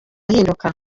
ahinduka